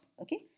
Okay